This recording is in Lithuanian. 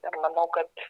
ir manau kad